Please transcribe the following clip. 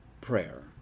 prayer